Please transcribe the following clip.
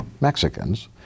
Mexicans